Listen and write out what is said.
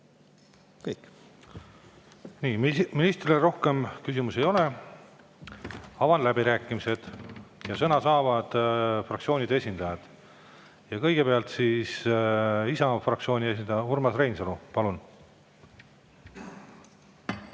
sidet. Ministrile rohkem küsimusi ei ole. Avan läbirääkimised, sõna saavad fraktsioonide esindajad. Kõigepealt Isamaa fraktsiooni esindaja Urmas Reinsalu, palun!